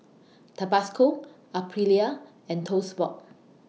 Tabasco Aprilia and Toast Box